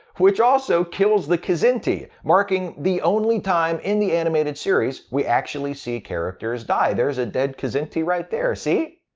which also kills the kzinti, marking the only time in the animated series we actually see characters die. there's a dead kzinti right there! see?